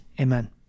Amen